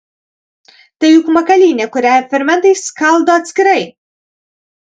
tai juk makalynė kurią fermentai skaldo atskirai